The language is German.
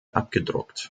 abgedruckt